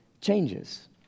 changes